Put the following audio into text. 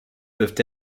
peuvent